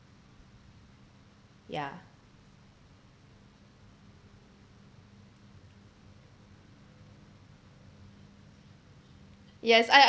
ya yes I